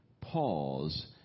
Pause